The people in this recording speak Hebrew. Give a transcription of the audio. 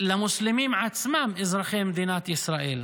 ולמוסלמים עצמם, אזרחי מדינת ישראל.